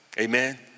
amen